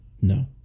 No